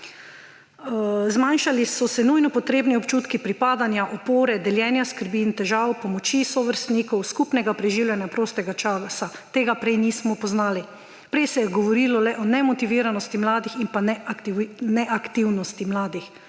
»Zmanjšali so se nujno potrebni občutki pripadanja, opore, deljenja skrbi in težav, pomoči sovrstnikov, skupnega preživljanja prostega časa, tega prej nismo poznali. Prej se je govorilo le o nemotiviranosti mladih in neaktivnosti mladih,